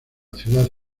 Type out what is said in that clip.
ciudad